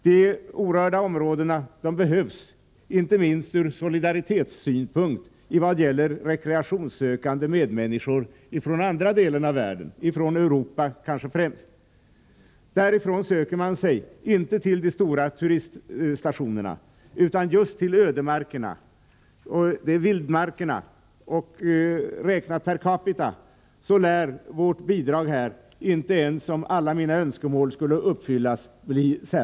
De orörda områdena behövs inte minst ur solidaritetssynpunkt med tanke på rekreationssökande medmänniskor från andra delar av världen, kanske främst från övriga Europa. Därifrån söker man sig inte till de stora turiststationerna utan just till ödemarkerna, och räknat per capita lär vårt bidrag här inte bli särskilt imponerande ens om alla mina önskemål skulle uppfyllas.